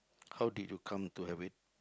how did you come to have it